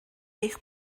eich